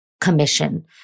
commission